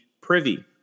privy